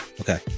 Okay